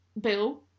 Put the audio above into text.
Bill